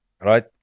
right